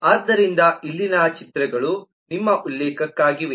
ಆದ್ದರಿಂದ ಇಲ್ಲಿನ ಚಿತ್ರಗಳು ನಿಮ್ಮ ಉಲ್ಲೇಖಕ್ಕಾಗಿವೆ